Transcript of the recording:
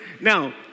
now